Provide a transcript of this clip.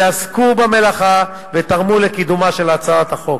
שעסקו במלאכה ותרמו לקידומה של הצעת החוק.